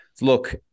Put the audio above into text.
look